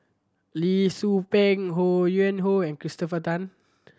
Lee Tzu Pheng Ho Yuen Hoe and Christopher Tan